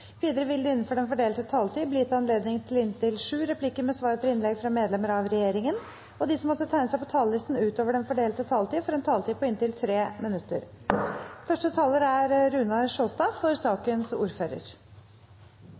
Videre vil det – innenfor den fordelte taletid – bli gitt anledning til inntil sju replikker med svar etter innlegg fra medlemmer av regjeringen, og de som måtte tegne seg på talerlisten utover den fordelte taletid, også får en taletid på inntil 3 minutter. Ønsket til forslagsstillerne om en gjennomgang av planene for